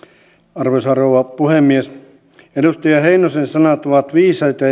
arvoisa rouva puhemies edustaja heinosen sanat ovat viisaita